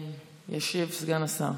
ישיב סגן השר.